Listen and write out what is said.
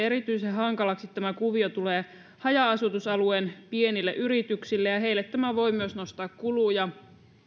erityisen hankalaksi tämä kuvio tulee haja asutusalueiden pienille yrityksille ja heille tämä voi myös nostaa kuluja